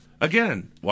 Again